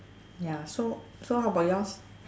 ya so so how about yours